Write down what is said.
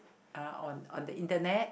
uh on on the internet